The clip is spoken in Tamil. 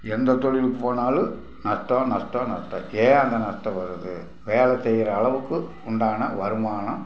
எந்தத் தொழிலுக்குப் போனாலும் நஷ்டம் நஷ்டம் நஷ்டம் ஏன் அந்த நஷ்டம் வருது வேலை செய்கிற அளவுக்கு உண்டான வருமானம்